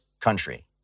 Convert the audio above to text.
country